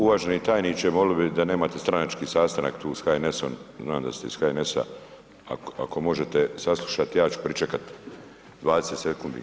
Uvaženi tajniče, voljeli bi da nemate stranački sastanak tu s HNS-om, znam da ste ih HNS-a, ako možete saslušati, ja ću pričekati 20 sekundi.